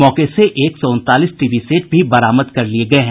मौके से एक सौ उनतालीस टीवी सेट भी बरामद कर लिये गये हैं